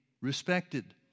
respected